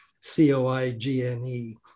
C-O-I-G-N-E